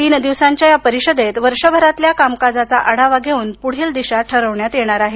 तीन दिवसांच्या या परिषदेत वर्षभरातल्या कामकाजाचा आढावा घेऊन पुढील दिशा ठरवण्यात येणार आहे